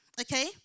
Okay